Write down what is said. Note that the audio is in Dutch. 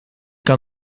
kan